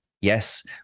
Yes